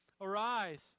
arise